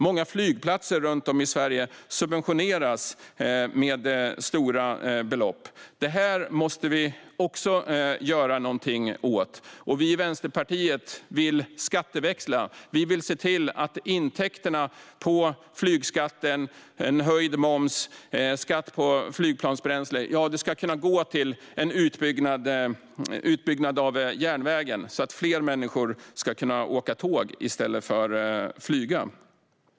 Många flygplatser runt om i Sverige subventioneras med stora belopp. Det måste vi också göra någonting åt. Vi i Vänsterpartiet vill skatteväxla. Vi vill se till att intäkterna från flygskatten, en höjd moms och skatt på flygplansbränsle ska kunna gå till en utbyggnad av järnvägen så att fler människor ska kunna åka tåg i stället för att flyga.